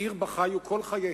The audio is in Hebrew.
העיר שבה חיו כל חייהם,